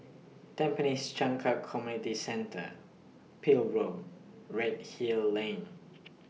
Tampines Changkat Community Centre Peel Road Redhill Lane